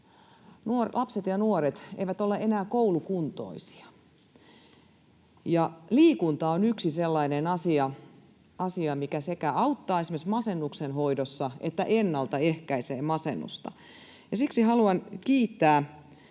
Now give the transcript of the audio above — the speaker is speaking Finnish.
lapset ja nuoret eivät ole enää koulukuntoisia. Liikunta on yksi sellainen asia, mikä esimerkiksi sekä auttaa masennuksen hoidossa että ennaltaehkäisee masennusta. Ja siksi haluan kiittää